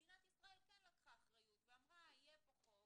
מדינת ישראל כן לקחה אחריות ואמרה שיהיה פה חוק